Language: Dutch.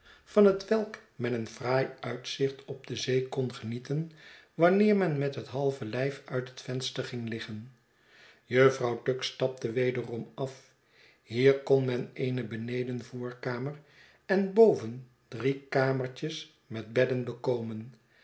van hetwelk men een fraai uitzicht op de zee kon genieten wanneer men met het halve lijf uit het venster ging liggen jufvrouw tuggs stapte wederom af hier kon men eene beneden voorkamer en boven drie kamertjes met bedden bekomen